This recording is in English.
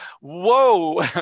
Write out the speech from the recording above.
whoa